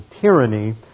tyranny